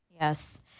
Yes